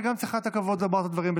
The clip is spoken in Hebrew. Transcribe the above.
גם צריכה את הכבוד לומר את הדברים בשקט.